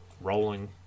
rolling